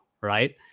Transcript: right